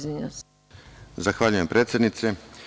Zahvaljujem, predsednice.